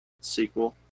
sequel